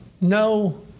no